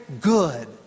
good